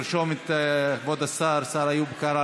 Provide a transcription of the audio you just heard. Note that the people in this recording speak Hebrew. לרשום את כבוד השר איוב קרא,